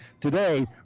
today